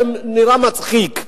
נראה מצחיק,